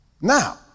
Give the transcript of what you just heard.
Now